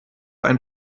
ein